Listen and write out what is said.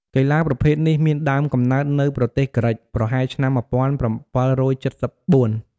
កីឡាប្រភេទនេះមានដើមកំណើតនៅប្រទេសក្រិក ប្រហែលឆ្នាំ ១៧៧៤។